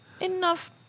Enough